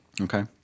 Okay